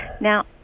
Now